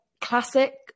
classic